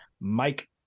Mike